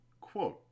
Quote